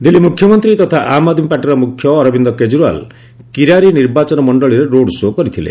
ଦିଲ୍ଲୀ ମୁଖ୍ୟମନ୍ତ୍ରୀ ତଥା ଆମ୍ ଆଦ୍ମୀ ପାର୍ଟିର ମୁଖ୍ୟ ଅରବିନ୍ଦ କେଜରିୱାଲ କିରାରି ନିର୍ବାଚନ ମଣ୍ଡଳୀରେ ରୋଡ୍ ଶୋ କରିଥିଲେ